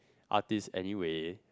artists anyway